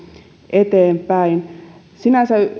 eteenpäin sinänsä